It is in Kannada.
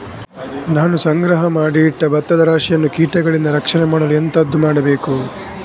ನಾನು ಸಂಗ್ರಹ ಮಾಡಿ ಇಟ್ಟ ಭತ್ತದ ರಾಶಿಯನ್ನು ಕೀಟಗಳಿಂದ ರಕ್ಷಣೆ ಮಾಡಲು ಎಂತದು ಮಾಡಬೇಕು?